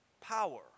power